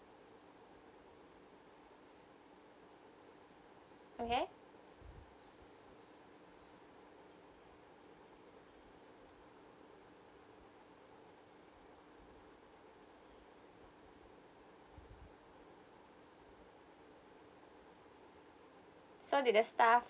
okay so did the staff